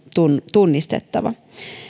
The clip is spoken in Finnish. tunnistettava